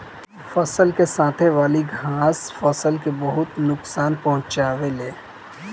फसल के साथे वाली घास फसल के बहुत नोकसान पहुंचावे ले